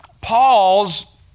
Paul's